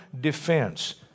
defense